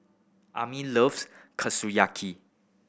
Ami loves Kushiyaki